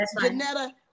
Janetta